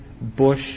Bush